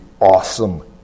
awesome